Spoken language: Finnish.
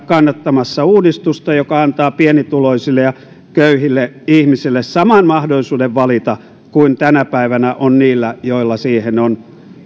kannattamassa uudistusta joka antaa pienituloisille ja köyhille ihmisille saman mahdollisuuden valita kuin tänä päivänä on niillä joilla siihen on